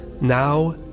Now